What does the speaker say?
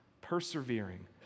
persevering